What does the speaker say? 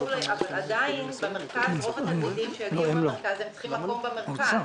אבל עדיין רוב התלמידים שיגיעו מן המרכז צריכים מקום במרכז.